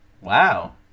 Wow